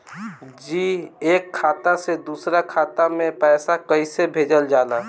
जी एक खाता से दूसर खाता में पैसा कइसे भेजल जाला?